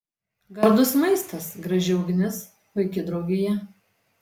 gardus maistas graži ugnis puiki draugija